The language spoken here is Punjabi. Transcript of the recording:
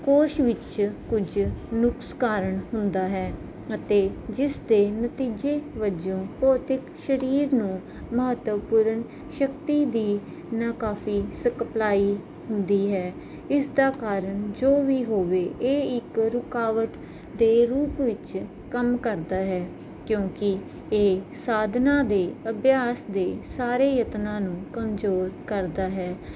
ਕੋਸ਼ ਵਿੱਚ ਕੁਝ ਨੁਕਸ ਕਾਰਨ ਹੁੰਦਾ ਹੈ ਅਤੇ ਜਿਸ ਦੇ ਨਤੀਜੇ ਵਜੋਂ ਭੌਤਿਕ ਸਰੀਰ ਨੂੰ ਮਹੱਤਵਪੂਰਨ ਸ਼ਕਤੀ ਦੀ ਨਾ ਕਾਫੀ ਸਿਕਪਲਾਈ ਹੁੰਦੀ ਹੈ ਇਸ ਦਾ ਕਾਰਨ ਜੋ ਵੀ ਹੋਵੇ ਇਹ ਇੱਕ ਰੁਕਾਵਟ ਦੇ ਰੂਪ ਵਿੱਚ ਕੰਮ ਕਰਦਾ ਹੈ ਕਿਉਂਕਿ ਇਹ ਸਾਧਨਾ ਦੇ ਅਭਿਆਸ ਦੇ ਸਾਰੇ ਯਤਨਾਂ ਨੂੰ ਕਮਜ਼ੋਰ ਕਰਦਾ ਹੈ